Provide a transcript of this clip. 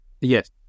yes